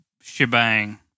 shebang